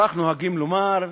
כך נוהגים לומר,